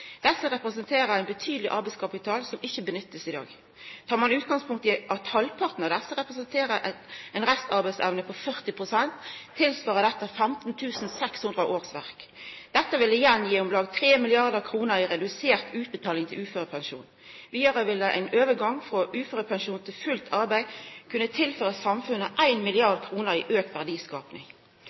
Desse representerer ein betydeleg arbeidskapital, som ikkje blir benytta i dag. Tek ein utgangspunkt i at halvparten av desse representerer ei restarbeidsevne på 40 pst., svarer dette til 15 600 årsverk. Dette vil igjen gi om lag 3 mrd. kr i redusert utbetaling til uførepensjon. Vidare vil ein overgang frå uførepensjon til fullt arbeid kunna tilføre samfunnet 1 mrd. kr i auka verdiskaping.